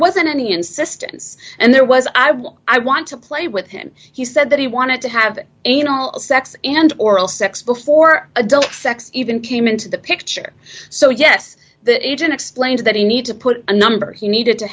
wasn't any insistence and there was i want i want to play with him he said that he wanted to have anal sex and oral sex before adult sex even came into the picture so yes that agent explains that he need to put a number he needed to